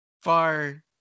far